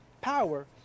power